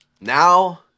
Now